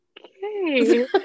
okay